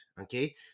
okay